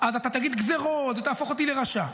אז אתה תגיד "גזרות" ותהפוך אותי לרשע,